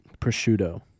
prosciutto